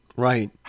Right